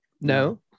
No